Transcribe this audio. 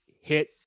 hit